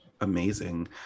amazing